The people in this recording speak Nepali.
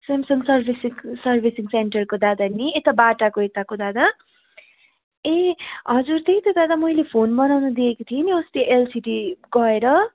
सेमसङ सर्भिस सर्भिसिङ सेन्टरको दादा नि यता बाटाको यताको दादा ए हजुर त्यही त दादा मैले फोन बनाउन दिएकी थिएँ नि अस्ति एलसिडी गएर